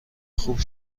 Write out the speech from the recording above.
خوب